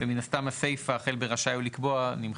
ומן הסתם, הסיפא החל ב"רשאי הוא לקבוע" נמחקת.